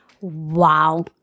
Wow